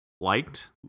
liked